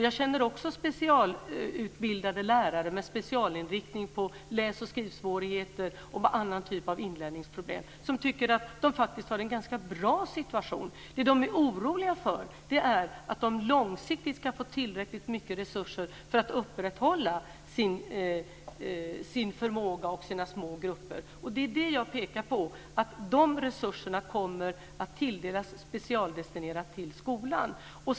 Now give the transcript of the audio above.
Jag känner också specialutbildade lärare med specialinriktning på läs och skrivsvårigheter och annan typ av inlärningsproblem som tycker att de faktiskt har en ganska bra situation. Det som de är oroliga för är att de långsiktigt ska få tillräckligt mycket resurser för att upprätthålla sin förmåga och sina små grupper. Det är det jag pekar på. De resurserna kommer att tilldelas specialdestinerat till skolan.